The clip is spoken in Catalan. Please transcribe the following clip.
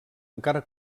encara